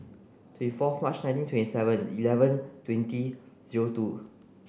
twenty fourth March nineteen twenty seven eleven twenty zero two